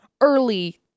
early